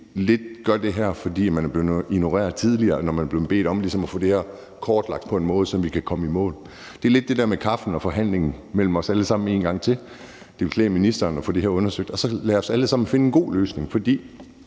lidt gør det her, fordi man er blevet ignoreret tidligere, når man har bedt om ligesom at få det her kortlagt på en måde, så vi kan komme i mål. Det er lidt det der med kaffen og forhandlingen mellem os alle sammen en gang til. Det ville klæde ministeren at få det her undersøgt, og så lad os alle sammen finde en god løsning. For